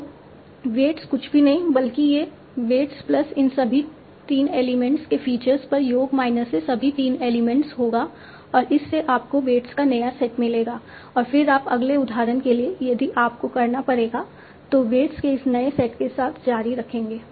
तो वेट्स कुछ भी नहीं बल्कि ये वेट्स प्लस इन सभी 3 एलिमेंट्स के फीचर्स पर योग माइनस ये सभी 3 एलिमेंट्स होगा और इससे आपको वेट्स का नया सेट मिलेगा और फिर आप अगले उदाहरण के लिए यदि आप को करना पड़ेगा तो वेट्स के इस नए सेट के साथ जारी रखेंगे